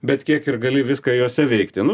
bet kiek ir gali viską juose veikti nu